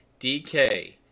DK